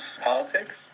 politics